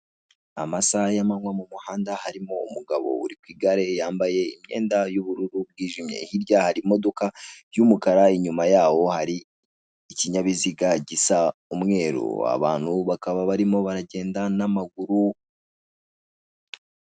Amasaha y'amanywa mu muhanda, harimo umugabo uri ku igare yambaye imyenda y'ubururu bwimye, hirya hari imodoka y'umukara, inyuma yawo hari ikinyabiziga gisa umweru. Abantu bakaba barimo baragenda n'amaguru.